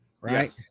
right